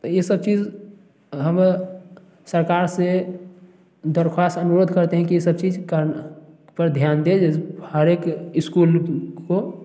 ये सब चीज हम सरकार से दरखास्त अनुरोध करते हैं कि सब चीज पर ध्यान दें हर एक स्कूल को